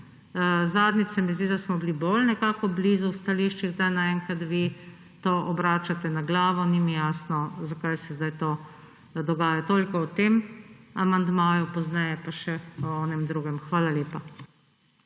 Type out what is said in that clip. Zadnjič se mi zdi, da smo si bili bliže v stališčih, zdaj naenkrat vi to obračate na glavo. Ni mi jasno, zakaj se zdaj to dogaja. Toliko o tem amandmaju, pozneje pa še o onem drugem. Hvala lepa.